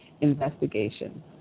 investigation